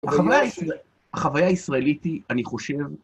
החוויה הישראלית היא, אני חושב...